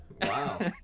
Wow